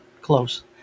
close